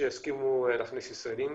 שיסכימו להכניס ישראלים.